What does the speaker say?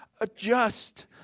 adjust